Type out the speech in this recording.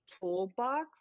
toolbox